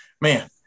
Man